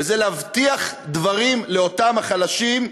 וזה להבטיח דברים לאותם החלשים,